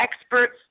experts